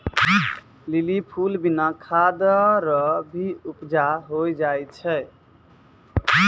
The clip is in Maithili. लीली फूल बिना खाद रो भी उपजा होय जाय छै